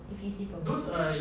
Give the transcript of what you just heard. if you see properly